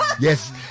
Yes